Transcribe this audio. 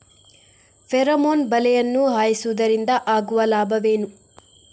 Pheromone ಬಲೆಯನ್ನು ಹಾಯಿಸುವುದರಿಂದ ಆಗುವ ಲಾಭವೇನು?